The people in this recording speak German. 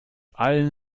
allen